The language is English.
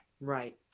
Right